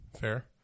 Fair